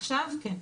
עכשיו כן.